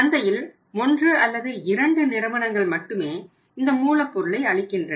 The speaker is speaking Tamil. சந்தையில் ஒன்று அல்லது இரண்டு நிறுவனங்கள் மட்டுமே இந்த மூலப்பொருளை அளிக்கின்றனர்